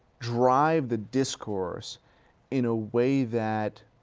drive the discourse in a way that